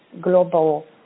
global